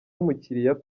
umukiriya